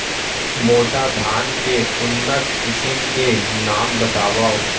मोटा धान के उन्नत किसिम के नाम बतावव?